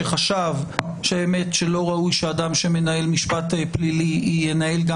שחשב שלא ראוי שאדם שמנהל משפט פלילי ינהל גם